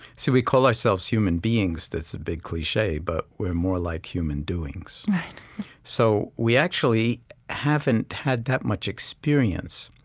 see, we call ourselves human beings. that's a big cliche, but we're more like human doings right so we actually haven't had that much experience